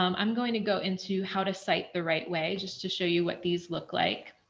um i'm going to go into how to cite the right way just to show you what these look like